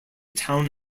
town